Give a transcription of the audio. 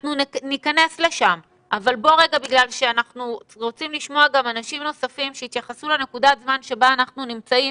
אנחנו ניכנס לשם אבל אנחנו רוצים להתייחס לנקודת הזמן שבה אנחנו נמצאים.